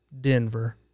Denver